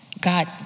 God